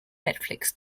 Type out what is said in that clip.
netflix